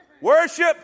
Worship